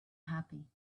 happy